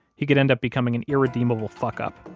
he could end up becoming an irredeemable fuck-up